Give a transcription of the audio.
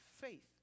faith